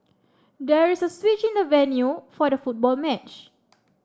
there was a switch in the venue for the football match